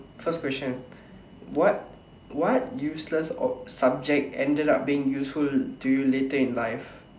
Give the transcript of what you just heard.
first question what what useless ob~ subject ended up being useful to you later in life